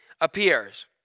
appears